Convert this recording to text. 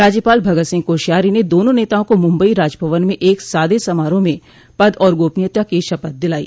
राज्यपाल भगत सिंह कोश्यारो ने दोनों नेताओं को मुम्बई राजभवन में एक सादे समारोह में पद और गोपनीयता की शपथ दिलाई